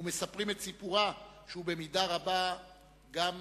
ומספרים את סיפורה, שהוא במידה רבה גם סיפורנו.